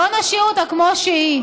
בואו נשאיר אותה כמו שהיא.